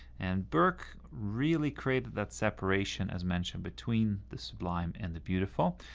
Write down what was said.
and burke really created that separation, as mentioned, between the sublime and the beautiful.